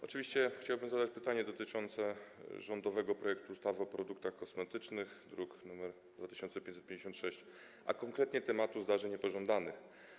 Oczywiście chciałbym zadać pytanie dotyczące rządowego projektu ustawy o produktach kosmetycznych, druk nr 2556, a konkretnie dotyczące tematu zdarzeń niepożądanych.